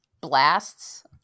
blasts